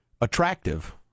Attractive